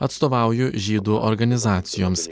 atstovauju žydų organizacijoms